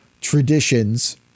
traditions